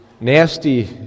nasty